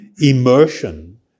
immersion